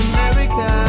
America